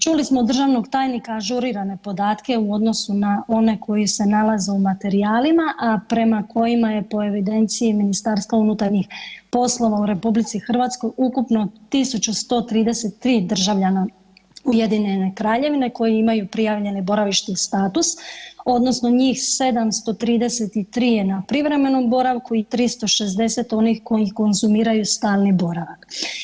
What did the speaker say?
Čuli smo od državnog tajnika ažurirane podatke u odnosu na one koji se nalaze u materijalima, a prema kojima je po evidenciji MUP-a u RH ukupno 1.133 državljana Ujedinjene Kraljevine koji imaju prijavljen boravišni status odnosno njih 733 je na privremenom boravku i 360 onih koji konzumiraju stalni boravak.